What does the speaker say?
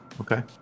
Okay